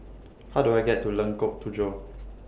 How Do I get to Lengkok Tujoh